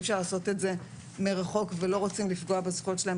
לא מקצועי ולא ערכי.